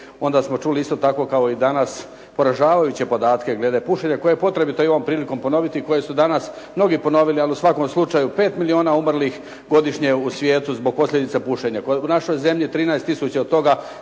onda smo čuli isto tako kao i danas poražavajuće podatke glede pušenja koje je potrebito i ovom prilikom ponoviti i koje su danas mnogi ponovili, ali u svakom slučaju 5 miliona umrlih godišnje u svijetu zbog posljedica pušenja. U našoj zemlji 13000, od toga